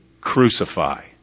crucify